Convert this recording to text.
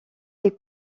les